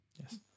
Yes